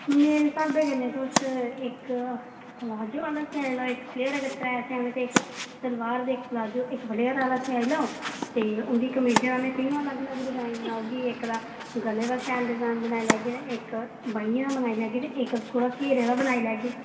मेरे स्हाबे कन्नै तुस इक प्लाजो आह्ला सिआई लैओ इक फ्लेयर अगर त्रै सिआने ते इक सलवार ते इक प्लाजो ते एक्क फ्लेयर आह्ला सिआई लैओ ते उंदी कमीजां दे मैं तिन्नो अलग अलग डिजाइन बनाई उड़गी इक दा गले दा शैल डिजाइन बनाई लैगी ता इक बाहीं दा बनाई लैगी ते थोह्ड़े घेरे दा बनाई लैगे